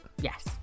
Yes